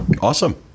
Awesome